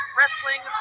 Wrestling